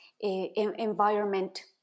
environment